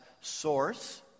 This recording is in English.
source